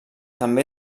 també